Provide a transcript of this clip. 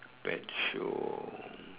pet show